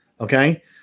Okay